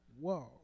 whoa